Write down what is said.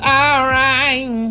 alright